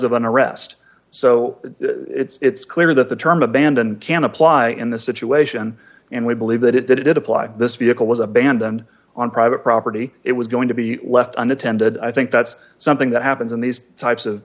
arrest so it's clear that the term abandoned can apply in this situation and we believe that it did it did apply this vehicle was abandoned on private property it was going to be left unattended i think that's something that happens in these types of